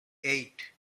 eight